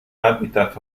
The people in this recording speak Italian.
habitat